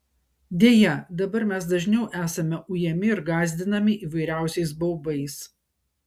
deja dabar mes dažniau esame ujami ir gąsdinami įvairiausiais baubais